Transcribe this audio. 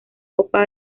copa